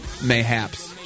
mayhaps